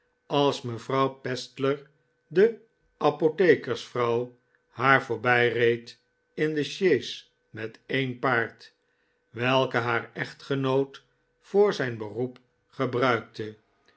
als mevrouw pestler de apothekersvrouw haar voorbijreed in de sjees met een paard welke haar echtgenoot voor zijn beroep gebruikte